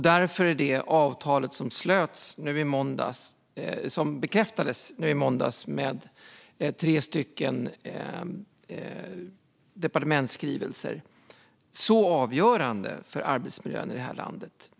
Därför är det avtal som i måndags bekräftades med tre departementsskrivelser avgörande för arbetsmiljön i landet. Herr talman!